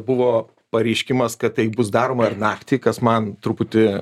buvo pareiškimas kad taip bus daroma ir naktį kas man truputį